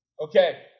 Okay